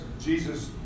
Jesus